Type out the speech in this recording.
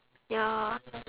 ya